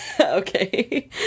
Okay